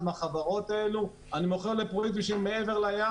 מהחברות האלה אני מוכר לפרויקטים מעבר לים.